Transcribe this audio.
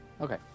Okay